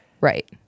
Right